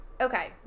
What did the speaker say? Okay